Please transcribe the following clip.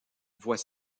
voit